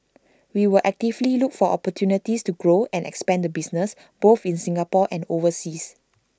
we will actively look for opportunities to grow and expand the business both in Singapore and overseas